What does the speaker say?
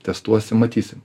testuosim matysim